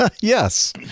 Yes